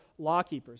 lawkeepers